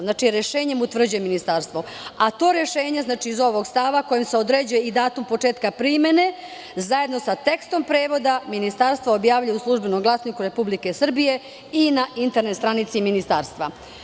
Znači, rešenjem utvrđuje Ministarstvo, a to rešenje, znači iz ovog stava kojim se određuje i datum početka primene, zajedno sa tekstom prevoda Ministarstvo objavljuje u "Službenom glasniku Republike Srbije", i na internet stranici Ministarstva.